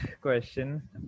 question